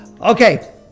Okay